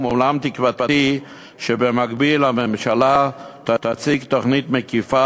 אולם תקוותי שבמקביל הממשלה תציג תוכנית מקיפה